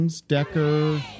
Decker